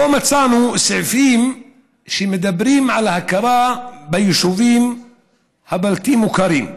לא מצאנו סעיפים שמדברים על ההכרה ביישובים הבלתי-מוכרים.